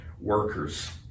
workers